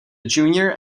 junior